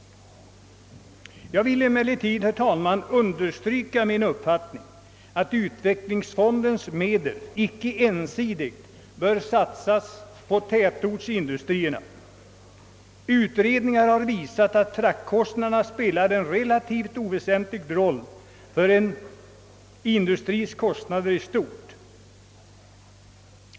Jag anser emellertid, att utveck lingsfondens medel icke ensidigt bör satsas på tätortsindustrierna. Utredningar har visat att fraktkostnaderna utgör en relativt oväsentlig del av en industris totala kostnader.